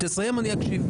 היא תסיים ואני אקשיב.